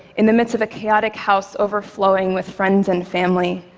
in the midst of a chaotic house overflowing with friends and family,